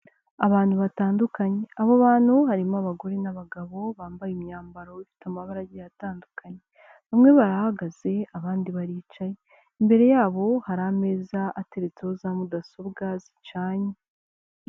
Abantu batandukanye, abo bantu harimo abagore n'abagabo bambaye imyambaro ifite amabara agiye atandukanye bamwe barahagaze abandi baricaye, imbere yabo hari ameza ateretseho za mudasobwa zicanye.